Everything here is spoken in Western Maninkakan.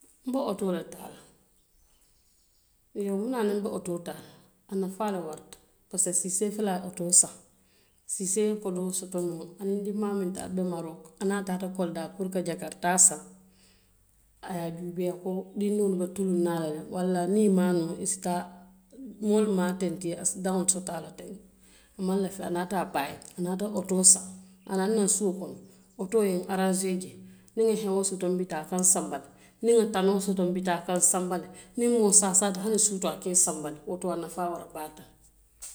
Nbe wotoo le taa la, muŋ ne i ye a tinna nbe woto taa la, a nafaa le warata. Kaatu siisee fele a ye wotoo saŋ, siisee ye kodoo soto le nuŋ, a niŋ ndinmaa muŋ taata marok aniŋ a taata nuŋ kolidaa a lafita jakaritaa le saŋ. A ye a juubee ko dindiŋolu be tuluŋ na a la le, waraŋ niŋ i ma noo i se taa moolu maa teŋ akisidaŋo ke. A maŋ lafi a naata wotoo saŋ a ye a naati naŋ suo kono woto ye nafaa soto le, niŋ nŋa hewoo soto nbii taa a se n sanba, niŋ nŋa tanoo soto n bii taa a se nsanba, niŋ moo saasaata hani suutoo a ka i sanba le. Woto a nafaa warata baake.